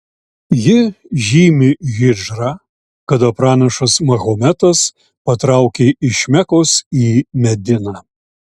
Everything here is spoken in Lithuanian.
ji žymi hidžrą kada pranašas mahometas patraukė iš mekos į mediną